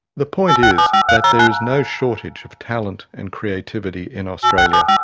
the point is that there is no shortage of talent and creativity in australia,